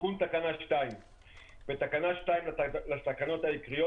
"תיקון תקנה 2 בתקנה 2 לתקנות העיקריות,